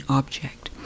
object